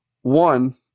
One